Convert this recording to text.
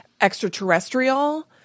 extraterrestrial